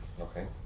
Okay